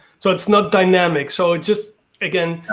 so it's not dynamic. so just again,